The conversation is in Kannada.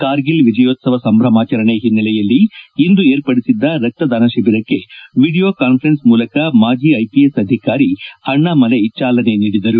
ಕಾರ್ಗಿಲ್ ವಿಜಯೋತ್ಸವ ಸಂಭ್ರಮಾಚರಣೆ ಹಿನ್ನೆಲೆಯಲ್ಲಿ ಇಂದು ಏರ್ಪಡಿಸಿದ್ದ ರಕ್ತದಾನ ಶಿಬಿರಕ್ಕೆ ವಿಡಿಯೋ ಕಾನ್ವರೆನ್ಸ್ ಮೂಲಕ ಮಾಜಿ ಐಪಿಎಸ್ ಅಧಿಕಾರಿ ಅಣ್ಣಮಲೈ ಚಾಲನೆ ನೀಡಿದರು